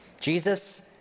Jesus